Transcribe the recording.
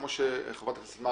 כפי שאמרה חברת הכנסת,